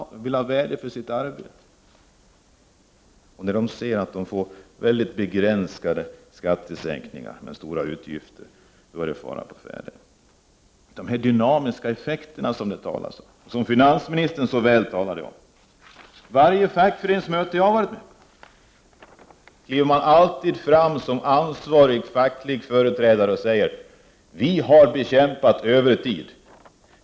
De vill ha värde för sitt arbete. När de ser att de får begränsade skattesänkningar men stora utgifter, då är det fara å färde. Så till frågan om de dynamiska effekter som finansministern talade så väl om. Vid varje fackföreningsmöte som jag har varit med på kliver alltid en ansvarig facklig företrädare fram och säger: Vi har bekämpat övertiden.